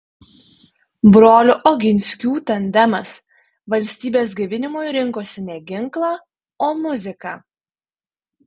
brolių oginskių tandemas valstybės gaivinimui rinkosi ne ginklą o muziką